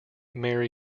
mary